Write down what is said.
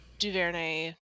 DuVernay